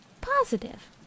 positive